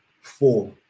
four